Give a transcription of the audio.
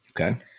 Okay